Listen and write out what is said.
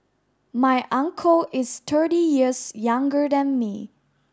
my uncle is thirty years younger than me